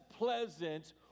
Pleasant